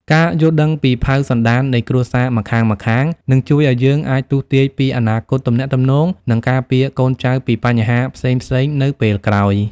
ការយល់ដឹងពីផៅសន្តាននៃគ្រួសារម្ខាងៗ នឹងជួយឱ្យយើងអាចទស្សន៍ទាយពីអនាគតទំនាក់ទំនង និងការពារកូនចៅពីបញ្ហាផ្សេងៗនៅពេលក្រោយ។